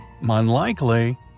Unlikely